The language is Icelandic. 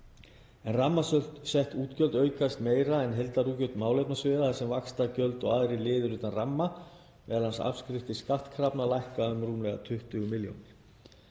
en rammasett útgjöld aukast meira en heildarútgjöld málefnasviða þar sem vaxtagjöld og aðrir liðir utan ramma, m.a. afskriftir skattkrafna, lækka um rúmlega 20 milljónir.